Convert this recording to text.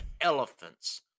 elephants